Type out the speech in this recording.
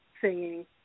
singing